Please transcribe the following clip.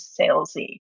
salesy